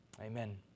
Amen